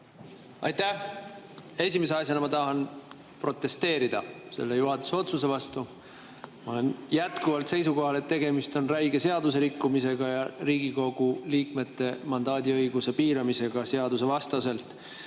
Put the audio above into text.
Aitäh! Esimese asjana ma tahan protesteerida selle juhatuse otsuse vastu. Ma olen jätkuvalt seisukohal, et tegemist on räige seaduserikkumisega ja Riigikogu liikmete mandaadi õiguse piiramisega seadusevastaselt.